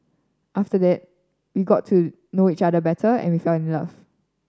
after that we got to know each other better and we fell in love